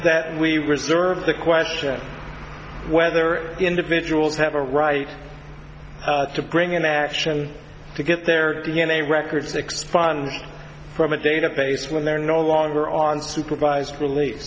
that we reserve the question whether individuals have a right to bring an action to get their d n a records expunged from a database when they're no longer on supervised release